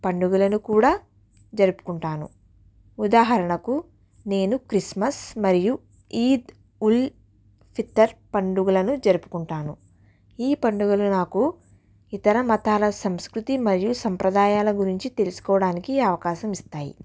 పండుగలను కూడా జరుపుకుంటాను ఉదాహరణకు నేను క్రిస్మస్ మరియు ఈద్ ఉల్ ఫితర్ పండుగలను జరుపుకుంటాను ఈ పండుగలు నాకు ఇతర మతాల సంసృతి మరియు సంప్రదాయాలు గురించి తెలుసుకోడానికి ఈ అవకాశం ఇస్తాయి